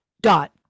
dot